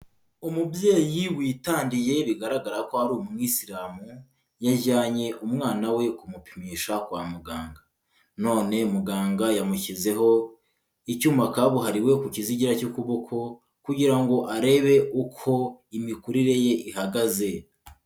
Umubyeyi witandiye bigaragara ko ari umwisilamu, yajyanye umwana we kumupimisha kwa muganga, none muganga yamushyizeho icyuma kabuhariwe ku kizigira cy'ukuboko kugira ngo arebe uko imikurire ye ihagaze.